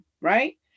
right